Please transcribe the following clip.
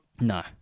No